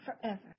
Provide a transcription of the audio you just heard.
forever